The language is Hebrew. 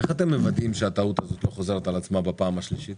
איך אתם מוודאים שהטעות הזאת לא חוזרת על עצמה בפעם השלישית?